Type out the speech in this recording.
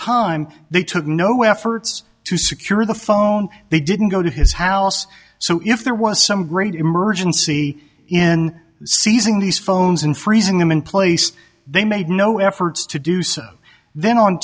time they took no efforts to secure the phone they didn't go to his house so if there was some great emergency in seizing these phones and freezing them in place they made no efforts to do so then on